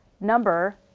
number